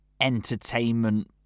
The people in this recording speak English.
entertainment